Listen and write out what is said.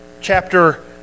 chapter